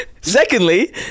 Secondly